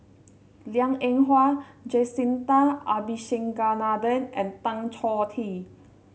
Liang Eng Hwa Jacintha Abisheganaden and Tan Choh Tee